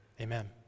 Amen